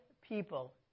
people